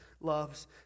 loves